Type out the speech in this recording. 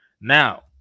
Now